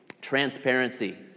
Transparency